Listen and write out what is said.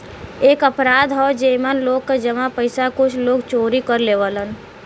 एक अपराध हौ जेमन लोग क जमा पइसा कुछ लोग चोरी कर लेवलन